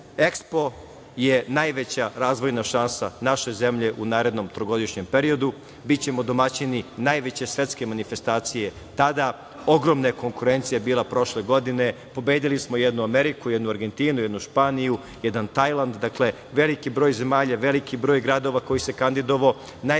je najveća razvojna šansa naše zemlje u narednom trogodišnjem periodu. Bićemo domaćini najveće svetske manifestacije tada. Ogromna je konkurencija bila prošle godine. Pobedili smo jednu Ameriku, jednu Argentinu, jednu Španiju, jedan Tajland. Dakle, veliki broj zemalja, veliki broj gradova koji se kandidovao,